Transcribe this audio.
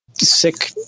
sick